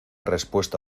respuesta